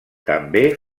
també